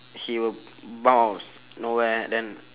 he will bounce nowhere then